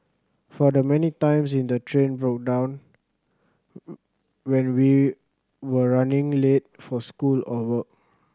for the many times in the train broke down when we were running late for school or work